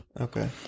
Okay